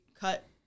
cut